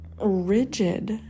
rigid